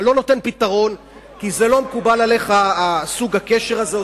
אתה לא נותן פתרון כי לא מקובל עליך סוג הקשר הזה.